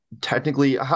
technically